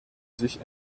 sich